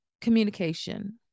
communication